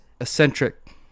eccentric